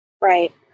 Right